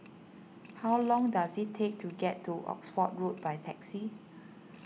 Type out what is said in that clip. how long does it take to get to Oxford Road by taxi